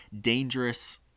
dangerous